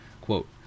Quote